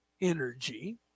energy